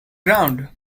ground